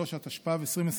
33), התשפ"ב 2022,